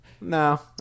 No